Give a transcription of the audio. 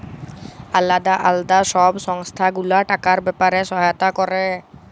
আলদা আলদা সব সংস্থা গুলা টাকার ব্যাপারে সহায়তা ক্যরে